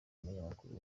umunyamakuru